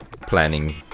planning